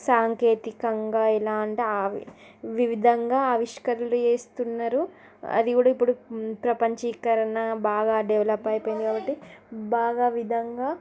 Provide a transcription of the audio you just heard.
సాంకేతికంగా ఇలాంటి వివిధంగా ఆవిష్కరణ చేస్తున్నారు అది కూడా ఇప్పుడు ప్రపంచీకరణ బాగా డెవలప్ అయిపోయింది కాబట్టి బాగా విధంగా